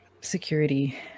security